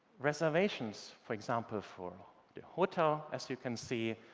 reservations, for example, for the hotel, as you can see,